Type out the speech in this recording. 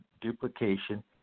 duplication